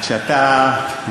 בינתיים.